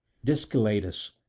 dysceladus,